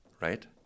right